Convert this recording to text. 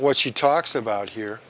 what she talks about here